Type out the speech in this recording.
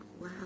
wow